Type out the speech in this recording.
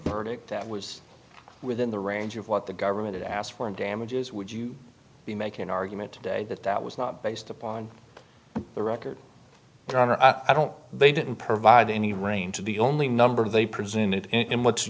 verdict that was within the range of what the government asked for in damages would you be making an argument today that that was not based upon the record i don't they didn't provide any rain to the only number they presented in what's